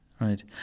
Right